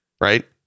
right